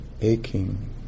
aching